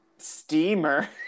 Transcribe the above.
Steamer